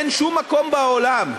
אין שום מקום בעולם,